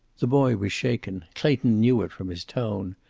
the boy was shaken. clayton knew it from his tone.